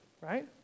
right